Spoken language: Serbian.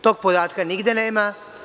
Tog podatka nigde nema.